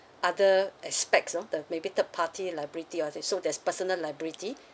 other aspects oh the maybe third party liability or it so that's personal liability